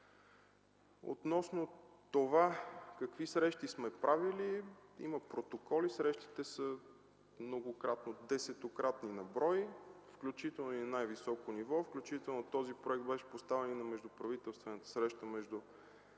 Относно това какви срещи сме правили, има протоколи, срещите са десетократни на брой, включително на най-високо ниво, включително този проект беше поставен и на междуправителствената среща на